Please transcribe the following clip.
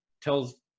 tells